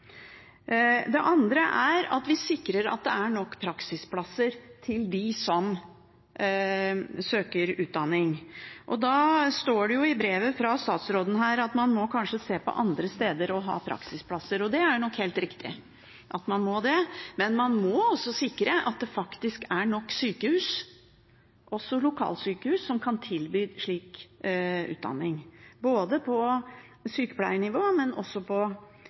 Det andre er å sikre at det er nok praksisplasser til dem som søker utdanning. Det står i brevet fra statsråden at man kanskje må se på andre steder å ha praksisplasser – og det er nok helt riktig at man må det. Men man må også sikre at det faktisk er nok sykehus, også lokalsykehus, som kan tilby slik utdanning, både på sykepleiernivå og på